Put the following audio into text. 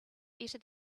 better